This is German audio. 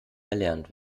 erlernt